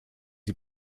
sie